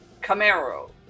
camaro